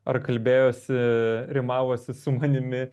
ar kalbėjosi rimavosi su manimi